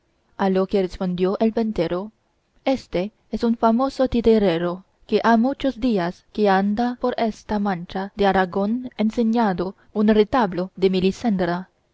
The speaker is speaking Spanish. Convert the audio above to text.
a lo que respondió el ventero éste es un famoso titerero que ha muchos días que anda por esta mancha de aragón enseñando un retablo de